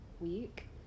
week